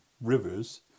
rivers